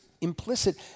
implicit